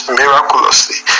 miraculously